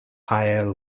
higher